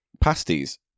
Pasties